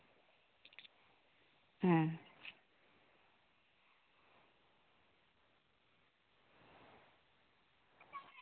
ᱦᱮᱸ